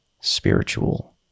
spiritual